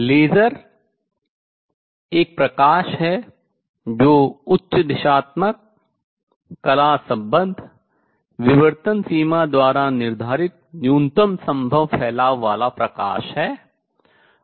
laser एक प्रकाश है जो उच्च दिशात्मक कला सम्बद्ध विवर्तन सीमा द्वारा निर्धारित न्यूनतम संभव फैलाव वाला प्रकाश है